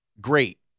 Great